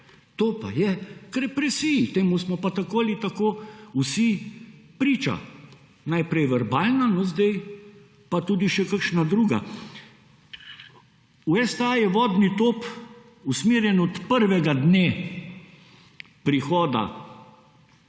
to pa je k represiji. Temu smo pa tako ali tako vsi priča. Najprej verbalna, no zdaj pa tudi še kakšna druga. V STA je vodni top usmerjen od prvega dne prihoda